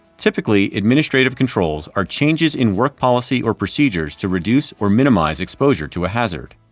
typically, administrative controls are changes in work policy or procedures to reduce or minimize exposure to a hazard.